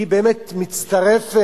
והיא באמת מצטרפת